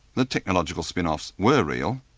the technological spin-offs were real,